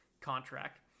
contract